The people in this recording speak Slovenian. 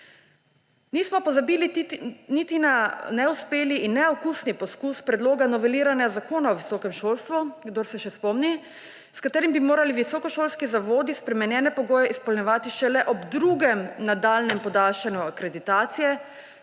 Nismo pozabili niti na neuspeli in neokusni poskus predloga noveliranja Zakona o visokem šolstvu, kdor se še spomni, s katerim bi morali visokošolski zavodi spremenjene pogoje izpolnjevati šele ob drugem nadaljnjem podaljšanju akreditacije,